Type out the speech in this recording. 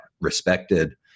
respected